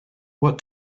what